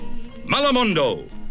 Malamundo